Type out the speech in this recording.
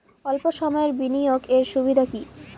অল্প সময়ের বিনিয়োগ এর সুবিধা কি?